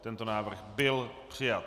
Tento návrh byl přijat.